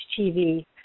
TV